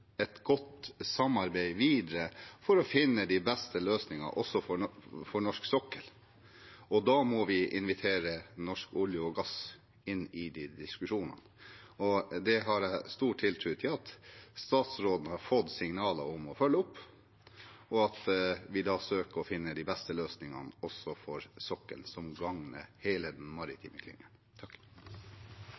et godt samarbeid videre for å finne de beste løsningene også for norsk sokkel, og da må vi invitere Norsk olje og gass inn i de diskusjonene. Det har jeg stor tiltro til at statsråden har fått signaler om å følge opp, og at vi da søker å finne de beste løsningene også for sokkelen som gagner hele den maritime